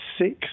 six